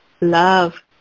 Love